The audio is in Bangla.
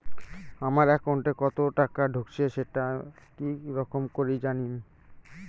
আমার একাউন্টে কতো টাকা ঢুকেছে সেটা কি রকম করি জানিম?